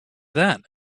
that